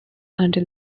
until